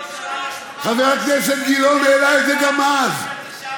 חבר הכנסת גילאון העלה את זה גם אז.